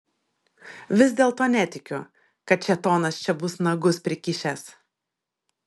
vis dėlto netikiu kad šėtonas čia bus nagus prikišęs